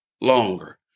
longer